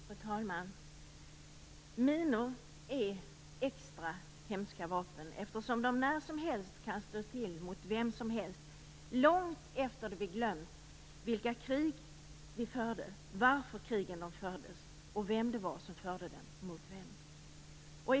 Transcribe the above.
Fru talman! Minor är extra hemska vapen, eftersom de när som helst kan slå till mot vem som helst, långt efter det att vi har glömt vilka krig som fördes, varför krigen fördes och vem som förde dem mot vem.